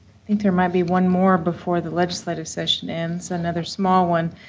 think there might be one more before the legislative session ends, another small one.